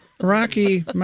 rocky